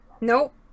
Nope